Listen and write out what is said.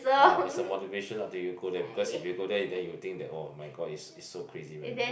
ah it's a motivation not to you there cause if you go there then you will think oh my god it's it's so crazy by the place